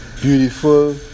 beautiful